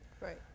Right